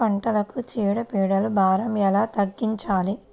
పంటలకు చీడ పీడల భారం ఎలా తగ్గించాలి?